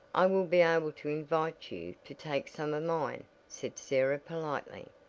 i will be able to invite you to take some of mine, said sarah politely.